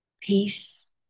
peace